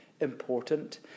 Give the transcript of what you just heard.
important